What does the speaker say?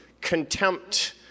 contempt